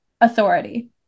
authority